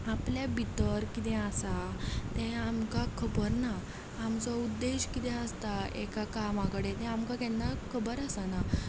आपल्या भितर किदें आसा तें आमकां खबर ना आमचो उद्देश किदें आसता एका कामा कडेन तें आमकां केन्ना खबर आसना